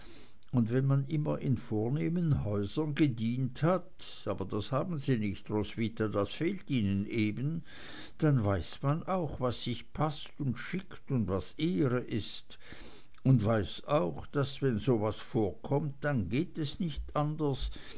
und wenn man immer in vornehmen häusern gedient hat aber das haben sie nicht roswitha das fehlt ihnen eben dann weiß man auch was sich paßt und schickt und was ehre ist und weiß auch daß wenn so was vorkommt dann geht es nicht anders